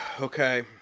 Okay